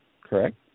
correct